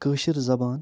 کٲشِر زبان